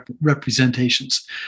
representations